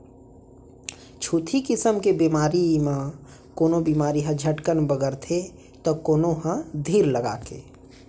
छुतही किसम के बेमारी म कोनो बेमारी ह झटकन बगरथे तौ कोनो ह धीर लगाके